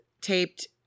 taped